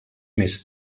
més